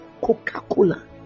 Coca-Cola